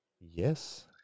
Yes